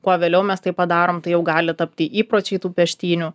kuo vėliau mes tai padarom tai jau gali tapti įpročiu į tų peštynių